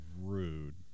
rude